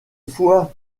foie